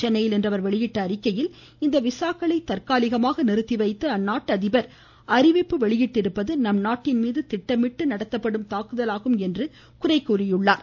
சென்னையில் இன்று அவர் வெளியிட்டுள்ள அறிக்கையில் இந்த விசாக்களை தற்காலிகமாக நிறுத்திவைத்து அந்நாட்டு அதிபர் அறிவிப்பு வெளியிட்டிருப்பது நம் நாட்டின் மீது திட்டமிட்டு நடத்தப்பட்ட தாக்குதலாகும் என்று அவர் சுட்டிக்காட்டியுள்ளார்